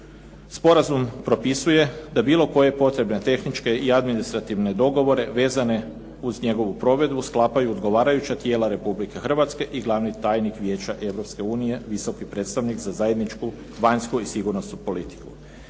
Sporazum propisuje da bilo koje potrebne tehničke i administrativne dogovore vezane uz njegovu provedbu sklapaju odgovarajuća tijela Republike Hrvatske i glavni tajnik Vijeća Europske unije, visoki predstavnik za zajedničku vanjsku i sigurnosnu politiku.